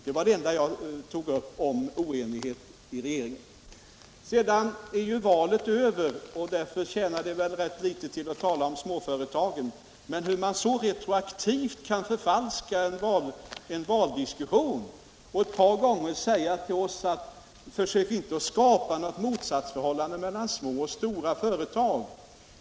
Det var det enda jag tog upp om oenighet i regeringen. Valet är ju över, och därför tjänar det väl rätt litet till att tala om småföretagen. Men hur kan man retroaktivt så förvanska en valdiskussion och så totalt vända på argumenteringen att man nu uppmanar oss att inte försöka skapa något motsatsförhållande mellan små och stora företag?